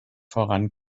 voran